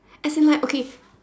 as in like okay